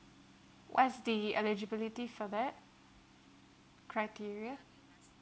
what is the eligibility for that criteria